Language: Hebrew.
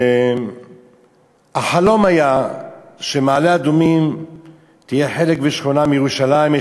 החלום היה שמעלה-אדומים תהיה חלק ושכונה מירושלים.